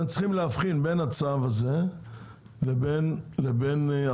אתם צריכים להבחין בין הצו הזה לבין החוק.